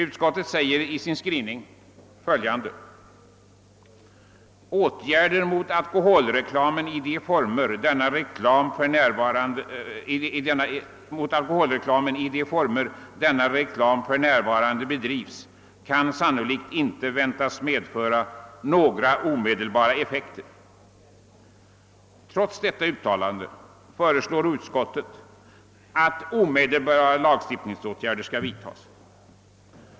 Utskottsmajoriteten anför i sin skrivning följande: »Åtgärder mot alkoholreklamen i de former denna reklam för närvarande bedrivs kan sannolikt inte väntas medföra några omedelbara effekter.» Trots detta uttalande föreslår utskottsmajoriteten att omedelbara lagstiftningsåtgärder skall vidtagas.